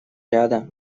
ряда